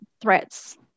threats